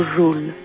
rule